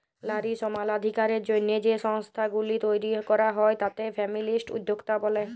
লারী সমালাধিকারের জ্যনহে যে সংস্থাগুলি তৈরি ক্যরা হ্যয় তাতে ফেমিলিস্ট উদ্যক্তা ব্যলে